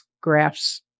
graphs